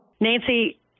Nancy